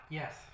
yes